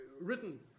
written